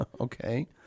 Okay